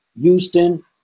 Houston